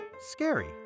Scary